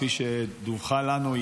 כפי שדווחה לנו,